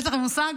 יש לכם מושג?